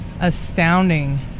astounding